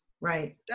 Right